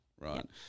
right